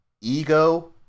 Ego